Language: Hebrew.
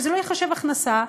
שזה לא ייחשב הכנסה,